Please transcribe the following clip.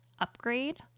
upgrade